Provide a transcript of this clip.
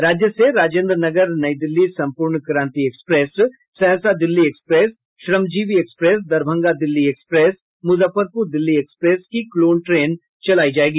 राज्य से Rajendra Nagar Nai Delhi Sampoorna Kranti express Saharsa Delhi express Shramjeevi express Darbhanga Delhi express Muzaffarpur Delhi express की क्लोन ट्रेन चलायी जायेगी